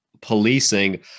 policing